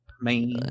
Man